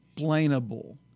explainable